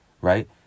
right